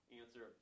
answer